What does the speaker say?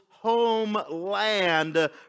homeland